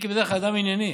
מיקי בדרך כלל אדם ענייני.